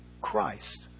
Christ